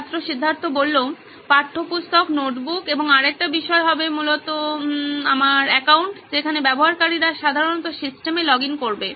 ছাত্র সিদ্ধার্থ পাঠ্যপুস্তক নোটবুক এবং আরেকটি বিষয় হবে মূলত আমার অ্যাকাউন্ট যেখানে ব্যবহারকারীরা সাধারণত সিস্টেমে লগইন করবে